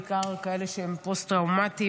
בעיקר כאלה שהם פוסט-טראומטים.